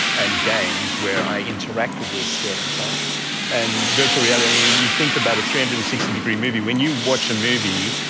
and games where i interact with the experience. and virtual reality, if you think about a three hundred and sixty degree movie, when you watch a movie,